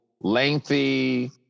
lengthy